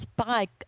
spike